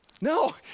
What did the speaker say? No